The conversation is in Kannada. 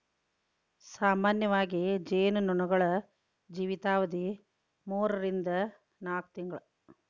ಸಾಮಾನ್ಯವಾಗಿ ಜೇನು ನೊಣಗಳ ಜೇವಿತಾವಧಿ ಮೂರರಿಂದ ನಾಕ ತಿಂಗಳು